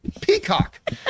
Peacock